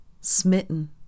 Smitten